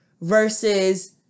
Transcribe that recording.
versus